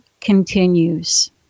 continues